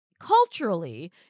culturally